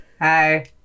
Hi